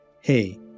hey